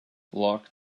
lock